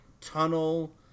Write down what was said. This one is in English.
tunnel